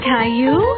Caillou